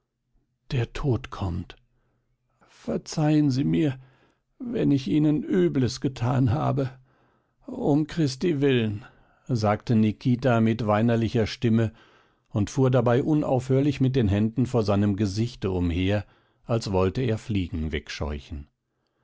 der tod kommt verzeihen sie mir wenn ich ihnen übles getan habe um christi willen sagte nikita mit weinerlicher stimme und fuhr dabei unaufhörlich mit den händen vor seinem gesichte umher als wollte er fliegen wegscheuchen